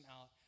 out